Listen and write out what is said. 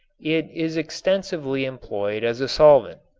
it is extensively employed as a solvent.